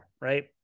right